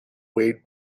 wade